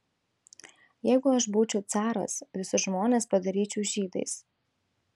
jeigu aš būčiau caras visus žmonės padaryčiau žydais